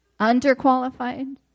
Underqualified